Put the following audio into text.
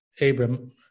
Abram